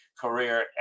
career